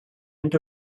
end